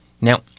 Now